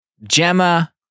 Gemma